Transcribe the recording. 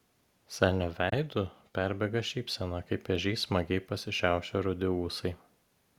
senio veidu perbėga šypsena kaip ežys smagiai pasišiaušę rudi ūsai